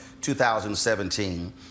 2017